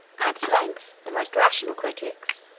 at length the most rational critics,